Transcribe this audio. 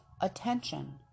attention